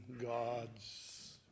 God's